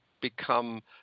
become